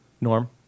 Norm